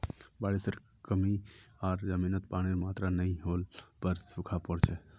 बारिशेर कमी आर जमीनत पानीर मात्रा नई होल पर सूखा पोर छेक